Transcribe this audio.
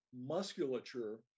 musculature